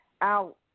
out